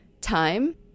time